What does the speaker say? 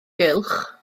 gylch